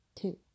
Two